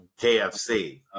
KFC